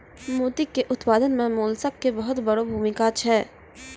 मोती के उपत्पादन मॅ मोलस्क के बहुत वड़ो भूमिका छै